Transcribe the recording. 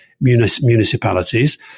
municipalities